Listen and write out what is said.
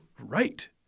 right